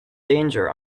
danger